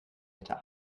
hätte